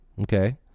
Okay